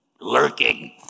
Lurking